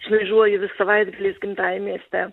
išvažiuoju vis savaitgaliais gimtajam mieste